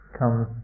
comes